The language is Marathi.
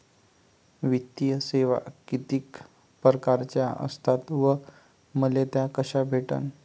वित्तीय सेवा कितीक परकारच्या असतात व मले त्या कशा भेटन?